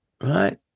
right